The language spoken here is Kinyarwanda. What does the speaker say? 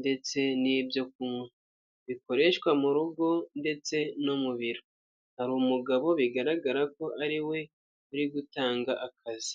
ndetse n'ibyo kunywa, bikoreshwa mu rugo ndetse no mu biro, hari umugabo bigaragara ko ari we uri gutanga akazi.